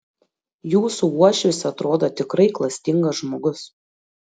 jūsų uošvis atrodo tikrai klastingas žmogus